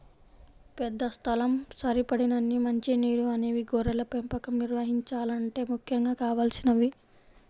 పెద్ద స్థలం, సరిపడినన్ని మంచి నీరు అనేవి గొర్రెల పెంపకం నిర్వహించాలంటే ముఖ్యంగా కావలసినవి